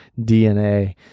DNA